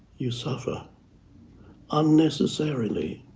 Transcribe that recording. you suffer unnecessarily.